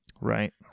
right